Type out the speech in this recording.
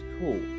cool